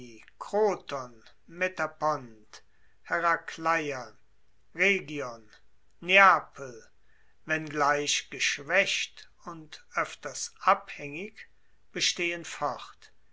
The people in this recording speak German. kroton metapont herakleia rhegion neapel wenngleich geschwaecht und oefters abhaengig bestehen fort